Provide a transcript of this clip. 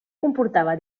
comportava